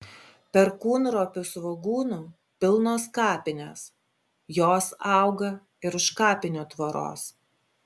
perkūnropių svogūnų pilnos kapinės jos auga ir už kapinių tvoros